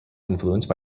influenced